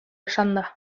esanda